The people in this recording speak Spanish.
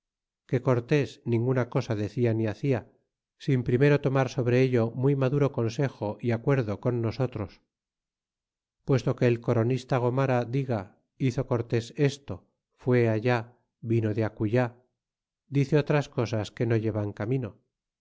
que cortes ninguna cosa decia ni hacia sin primero tomar sobre ello muy maduro consejo y acuerdo con nosotros puesto que el coronista gomara diga hizo cortes esto fue allá vino de acullá dice otras cosas que no llevan camino